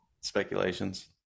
speculations